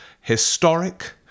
historic